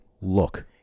look